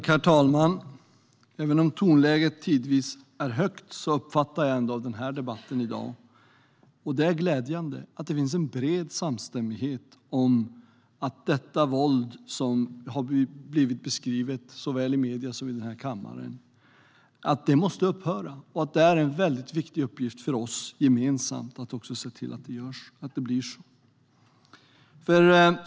Herr talman! Även om tonläget tidvis är högt uppfattar jag av den här debatten i dag att det finns en bred samstämmighet, vilket är glädjande, om att detta våld som har blivit beskrivet såväl i medierna som i denna kammare måste upphöra. Det är en mycket viktig uppgift för oss gemensamt att se till att det blir så.